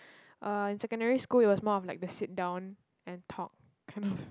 uh in secondary school it was more of like the sit down and talk kind of